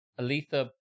Aletha